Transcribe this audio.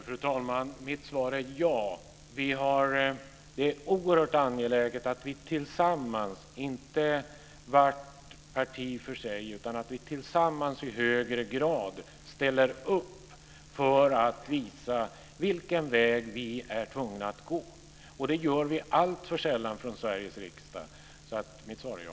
Fru talman! Mitt svar är ja. Det är oerhört angeläget att vi tillsammans, inte varje parti för sig, i högre grad ställer upp för att visa vilken väg vi är tvungna att gå. Det gör vi alltför sällan från Sveriges riksdag. Så mitt svar är ja.